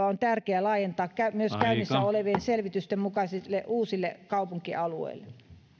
on tärkeä laajentaa myös käynnissä olevien selvitysten mukaisesti uusille kaupunkialueille